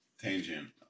tangent